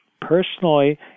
personally